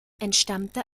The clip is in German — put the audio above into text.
entstammte